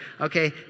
okay